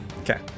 Okay